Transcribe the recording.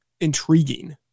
intriguing